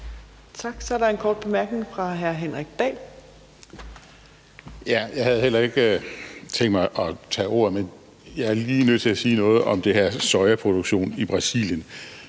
Tak. Så er der en kort bemærkning fra hr. Henrik Dahl. Kl. 18:45 Henrik Dahl (LA): Jeg havde heller ikke tænkt mig at tage ordet, men jeg er lige nødt til at sige noget om den her sojaproduktion i Brasilien.